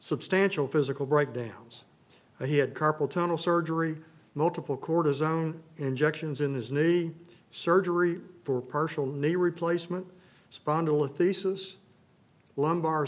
substantial physical breakdowns he had carpal tunnel surgery multiple cortisone injections in his knee surgery for partial knee replacement spondylolisthesis lumbar